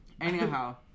anyhow